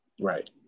Right